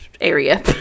area